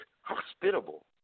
hospitable